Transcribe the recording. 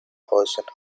hosanna